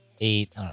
eight